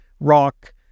rock